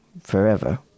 forever